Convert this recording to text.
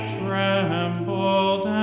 trembled